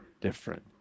different